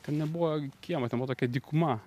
ten nebuvo kiemo ten buvo tokia dykuma